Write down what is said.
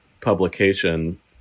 publication